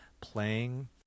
playing